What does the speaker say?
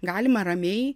galima ramiai